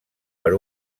per